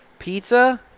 Pizza